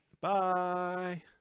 Bye